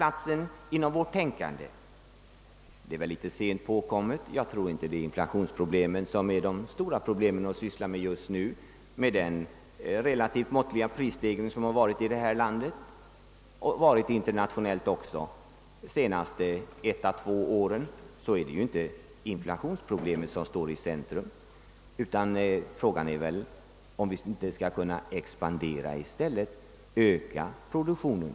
Det är väl litet sent påkommet, men jag tror inte att det är inflationsproblemen som är störst just nu med tanke på den relativt måttliga prisstegringen i Sverige liksom också i utlandet under de senaste 1—2 åren. Frågan är väl i stället om vi inte skall kunna åstadkomma en expansion, en ökning av produktionen.